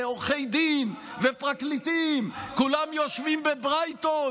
עורכי דין ופרקליטים כולם יושבים בברייטון